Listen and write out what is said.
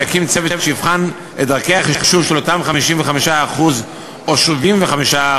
שיקים צוות שיבחן את דרכי החישוב של אותם 55% או 75%